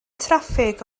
traffig